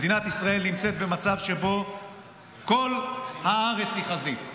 מדינת ישראל נמצאת במצב שבו כל הארץ היא חזית,